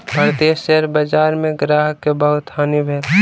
भारतीय शेयर बजार में ग्राहक के बहुत हानि भेल